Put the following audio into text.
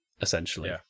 essentially